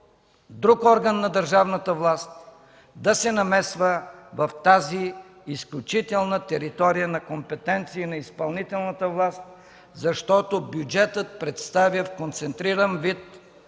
друг орган на държавната власт да се намесва в тази изключителна територия на компетенции на изпълнителната власт, защото бюджетът представя в концентриран вид